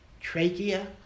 trachea